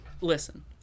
listen